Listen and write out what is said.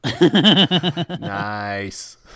Nice